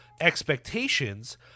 expectations